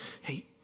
Hey